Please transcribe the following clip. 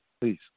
please